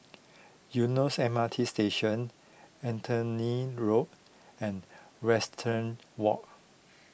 Eunos M R T Station Anthony Road and Western Walk